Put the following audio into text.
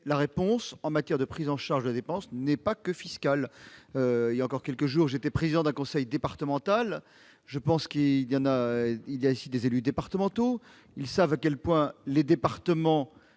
la réponse en matière de prise en charge de la dépense n'est pas que fiscale. Voilà quelques jours, j'étais encore président d'un conseil départemental, et il y a ici des élus départementaux qui savent que les départements